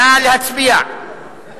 נא להצביע.